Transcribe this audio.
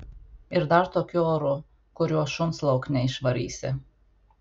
ir dar tokiu oru kuriuo šuns lauk neišvarysi